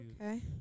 Okay